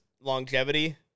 longevity